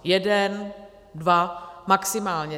Jeden, dva maximálně.